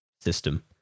system